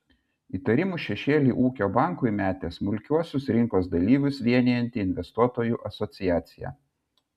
įtarimų šešėlį ūkio bankui metė smulkiuosiuose rinkos dalyvius vienijanti investuotojų asociacija